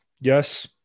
Yes